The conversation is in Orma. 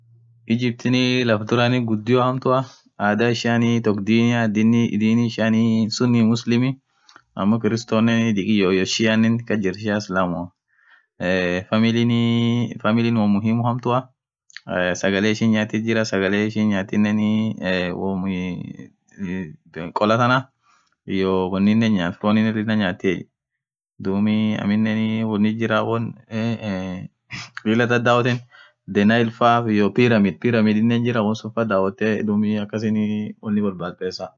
Egyptin lafaaan dhurani ghudio hamtuu adhaa ishia toko dini dini ishian suunin Muslim yedheni ammo krsto dhikeyo iyyo shei kasjirthi sheli islamua eeee familin won muhimu hamtua sagale ishin nyathii Jira won kholatana iyo wonin hinjyathi foni lila nyathiye dhub aminen woni Jira eeei won lila dhadha wothen the nail faaa iyo pyramid pyramid jiraaa wonsufaa dhawathe akasin pesa borbadha